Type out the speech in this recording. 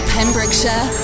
Pembrokeshire